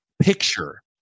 picture